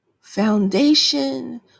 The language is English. foundation